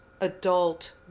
adult